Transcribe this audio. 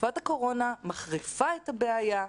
תקופת הקורונה מחריפה את הבעיה,